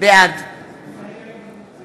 בעד